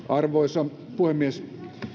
arvoisa puhemies